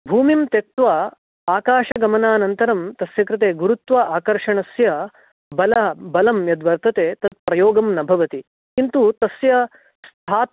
भूमिं त्यक्त्वा आकाशगमनानन्तरं तस्य कृते गुरुत्व आकर्षणस्य बल बलं यद्वर्तते तत् प्रयोगं न भवति किन्तु तस्य स्था